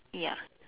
ya